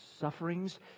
sufferings